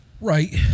Right